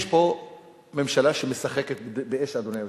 יש פה ממשלה שמשחקת באש, אדוני היושב-ראש,